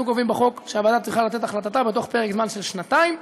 אנחנו קובעים בחוק שהוועדה צריכה לתת החלטה בתוך פרק זמן של שנתיים.